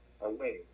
away